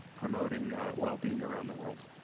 promoting wellbeing around the world.